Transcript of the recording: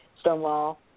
Stonewall